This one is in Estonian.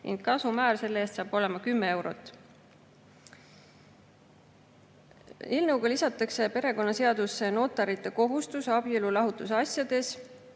tasumäär selle eest saab olema kümme eurot. Eelnõuga lisatakse perekonnaseadusesse notarite kohustus abielulahutuse asjades